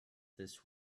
this